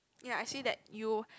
ya I see that you